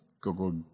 Google